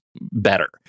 better